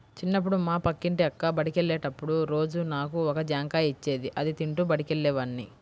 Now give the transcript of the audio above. చిన్నప్పుడు మా పక్కింటి అక్క బడికెళ్ళేటప్పుడు రోజూ నాకు ఒక జాంకాయ ఇచ్చేది, అది తింటూ బడికెళ్ళేవాడ్ని